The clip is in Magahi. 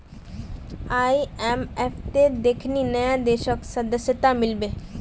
आईएमएफत देखनी नया देशक सदस्यता मिल बे